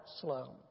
slow